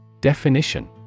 Definition